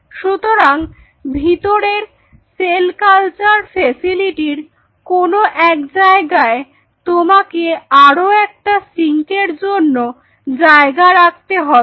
সুতরাং ভিতরের cell culture ফেসিলিটির কোন এক জায়গায় তোমাকে আরো একটা সিঙ্কের জন্য জায়গা রাখতে হবে